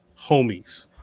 homies